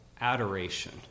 adoration